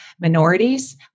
minorities